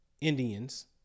Indians